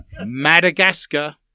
Madagascar